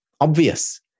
obvious